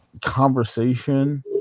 conversation